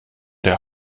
der